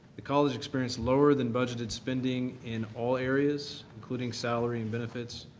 the college experienced lower than budgeted spending in all areas, including salary and benefits,